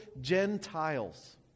gentiles